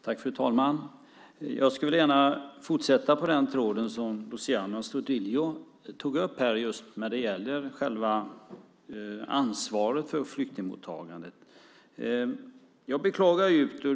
Fru talman! Jag fortsätter gärna på den tråd som Luciano Astudillo tog upp när det gäller själva ansvaret för flyktingmottagandet.